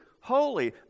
holy